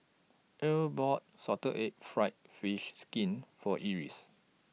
Earl bought Salted Egg Fried Fish Skin For Eris